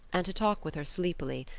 and to talk with her sleepily,